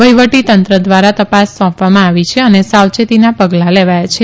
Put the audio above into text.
વહીવટીતંત્ર દ્વારા તપાસ સોંપવામાં આવી છે અને સાવચેતીનાં પગલાં લેવાથાં છે